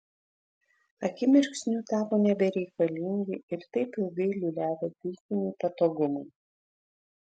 akimirksniu tapo nebereikalingi ir taip ilgai liūliavę buitiniai patogumai